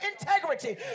integrity